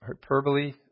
hyperbole